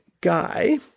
guy